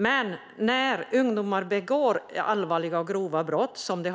Men ungdomar begår allvarliga och grova brott i